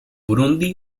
burundi